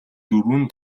дөрвөн